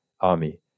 army